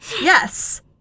Yes